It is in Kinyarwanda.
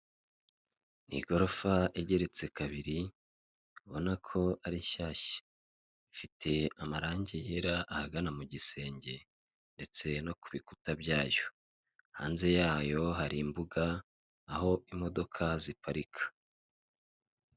Igorofa igeretse kabiri ubona ko ari nshyashya, ifite amarange yera ahagana mu gisenge ndetse no ku bikuta byayo, hanze yayo hari imbuga aho imodoka ziparika.